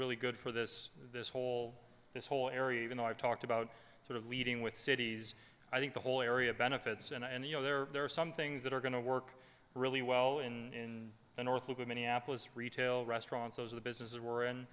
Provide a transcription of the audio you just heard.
really good for this this whole this whole area even though i've talked about sort of leading with cities i think the whole area benefits and you know there are some things that are going to work really well in the north of minneapolis retail restaurants those are the businesses were and